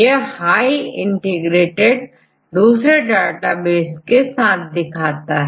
यह high integration दूसरे database के साथ दिखाता है